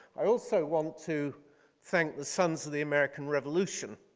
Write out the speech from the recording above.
i also want to thank the sons of the american revolution.